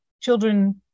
children